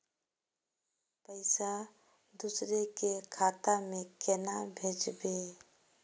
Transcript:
पैसा दूसरे के खाता में केना भेजबे?